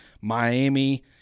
Miami